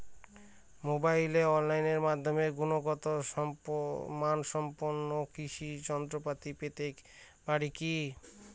মোবাইলে অনলাইনের মাধ্যমে গুণগত মানসম্পন্ন কৃষি যন্ত্রপাতি পেতে পারি কি?